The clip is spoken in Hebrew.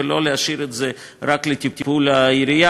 ולא להשאיר את זה רק לטיפול העירייה,